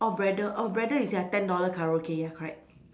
orh Braddell oh Braddell is their ten dollar karaoke ya correct